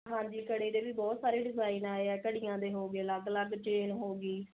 ਹਾਂਜੀ ਕੜੇ ਦੇ ਵੀ ਬਹੁਤ ਸਾਰੇ ਡਿਜ਼ਾਈਨ ਆਏ ਆ ਘੜੀਆਂ ਦੇ ਹੋ ਗੇ ਅਲੱਗ ਅਲੱਗ ਚੇਨ ਹੋ ਗੀ